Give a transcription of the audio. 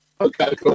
Okay